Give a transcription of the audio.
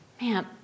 Man